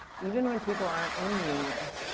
even when people aren't in unions.